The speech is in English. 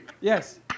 Yes